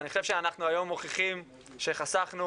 היום אנחנו מוכיחים שחסכנו